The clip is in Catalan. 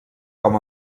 com